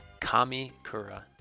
Kamikura